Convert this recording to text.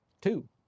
Two